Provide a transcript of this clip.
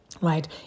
Right